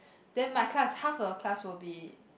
then my class half a class will be